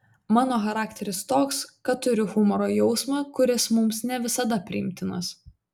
mano charakteris toks kad turiu humoro jausmą kuris mums ne visada priimtinas